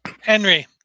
Henry